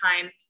time